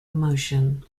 emotion